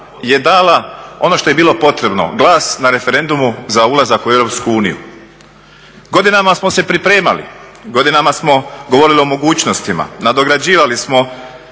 je dala ono što je bilo potrebno, glas na referendumu za ulazak u EU. Godinama smo se pripremali, godinama smo govorili o mogućnostima nadograđivali smo